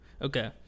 Okay